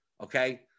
Okay